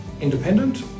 independent